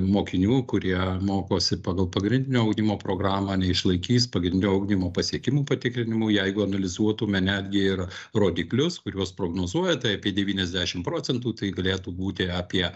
mokinių kurie mokosi pagal pagrindinio ugdymo programą neišlaikys pagrindinio ugdymo pasiekimų patikrinimų jeigu analizuotume netgi ir rodiklius kuriuos prognozuoja tai apie devyniasdešim procentų tai galėtų būti apie